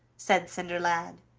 said cinderlad.